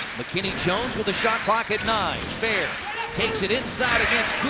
mckinney jones with a shot clock at nine. fair takes it inside against